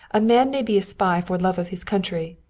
a man may be a spy for love of his country.